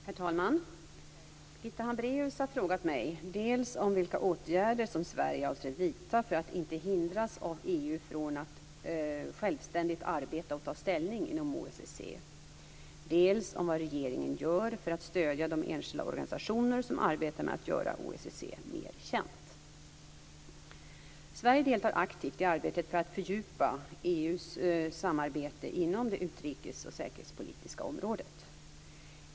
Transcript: Herr talman! Birgitta Hambraeus har frågat mig dels om vilka åtgärder som Sverige avser vidta för att inte hindras av EU från att självständigt arbeta och ta ställning inom OSSE, dels om vad regeringen gör för att stödja de enskilda organisationer som arbetar med att göra OSSE mer känt. Sverige deltar aktivt i arbetet med att fördjupa EU:s samarbete inom det utrikes och säkerhetspolitiska området.